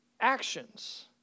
actions